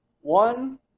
One